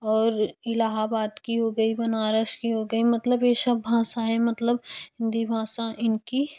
और इलाहाबाद की हो गई बनारस की हो गई मतलब यह सब भाषाएँ मतलब हिंदी भाषा इनकी